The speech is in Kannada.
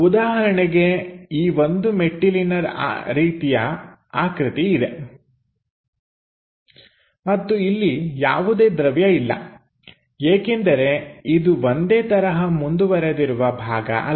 ಉದಾಹರಣೆಗೆ ಈ ಒಂದು ಮೆಟ್ಟಿಲಿನ ರೀತಿಯ ಆಕೃತಿ ಇದೆ ಮತ್ತು ಇಲ್ಲಿ ಯಾವುದೇ ದ್ರವ್ಯ ಇಲ್ಲ ಏಕೆಂದರೆ ಇದು ಒಂದೇ ತರಹ ಮುಂದುವರೆದಿರುವ ಭಾಗ ಅಲ್ಲ